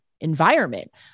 environment